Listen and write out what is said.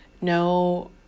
no